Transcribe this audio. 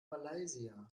malaysia